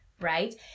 right